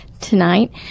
tonight